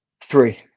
Three